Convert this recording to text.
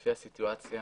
לפי הסיטואציה